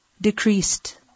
decreased